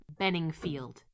Benningfield